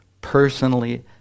personally